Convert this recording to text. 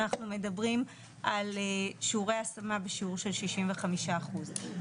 אנחנו מדברים על שיעורי השמה בשיעור של 65 אחוז.